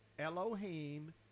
Elohim